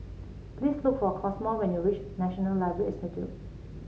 please look for Cosmo when you reach National Library Institute